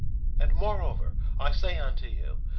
and moreover, i say unto you,